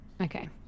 okay